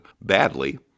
badly